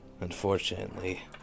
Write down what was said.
unfortunately